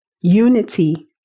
Unity